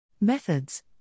Methods